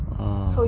ah